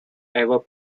ever